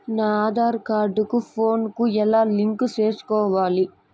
నా ఆధార్ కార్డు కు ఫోను ను ఎలా లింకు సేసుకోవాలి?